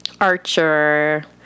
Archer